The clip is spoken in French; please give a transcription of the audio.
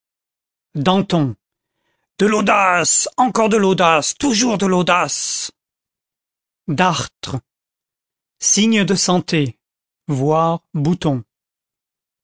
danton de l'audace encore de l'audace toujours de l'audace dartre signe de santé